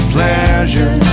Pleasure